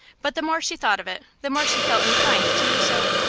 but the more she thought of it the more she felt inclined to do so.